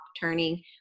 turning